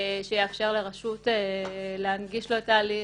שיאפשר לרשות להנגיש לו את ההליך,